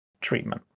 treatment